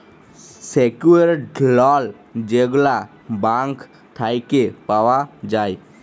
secured loan যেগলা bank থ্যাইকে পাউয়া যায়